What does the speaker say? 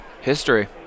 History